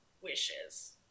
wishes